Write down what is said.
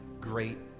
great